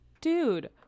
Dude